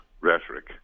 rhetoric